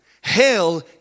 hell